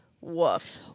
Woof